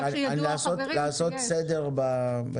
אני מבקש לעשות סדר בדיון.